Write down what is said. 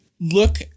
look